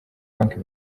banki